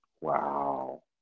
Wow